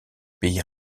pays